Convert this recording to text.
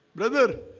brother?